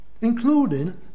including